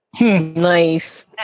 Nice